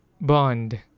bond